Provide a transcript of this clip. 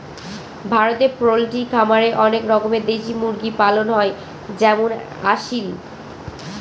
ভারতে পোল্ট্রি খামারে অনেক রকমের দেশি মুরগি পালন হয় যেমন আসিল